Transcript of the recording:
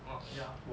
orh ya